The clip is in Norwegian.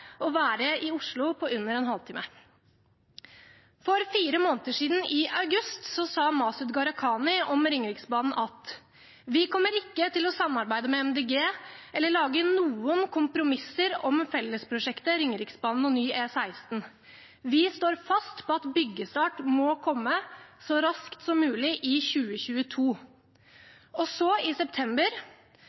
være i Oslo på under en halvtime. For fire måneder siden, i august, sa Masud Gharahkhani om Ringeriksbanen: «Vi kommer ikke til å samarbeide med MDG eller lage noen kompromisser om Fellesprosjektet Ringeriksbanen og ny E16. Vi står fast på at byggestart må komme så raskt som mulig i 2022.» Og så, i september: